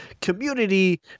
community